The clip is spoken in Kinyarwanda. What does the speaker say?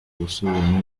gusubiramo